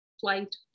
flight